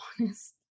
honest